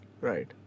Right